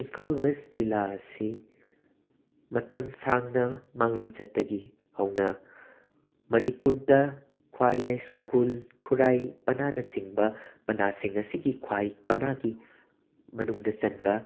Imphal west ꯖꯤꯂꯥ ꯑꯁꯤ ꯃꯇꯝ ꯁꯥꯡꯅ ꯃꯥꯡꯂꯝꯆꯠꯇꯒꯤ ꯍꯧꯅ ꯃꯅꯤꯄꯨꯔꯗ ꯈ꯭ꯋꯥꯏ ꯌꯥꯏꯁꯀꯨꯜ ꯈꯨꯔꯥꯏ ꯄꯅꯥꯅꯆꯤꯡꯕ ꯄꯅꯥꯁꯤꯡ ꯑꯁꯤꯒꯤ ꯈ꯭ꯋꯥꯏ ꯄꯅꯥꯒꯤ ꯃꯅꯨꯡꯗ ꯆꯟꯕ